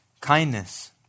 kindness